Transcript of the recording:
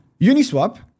Uniswap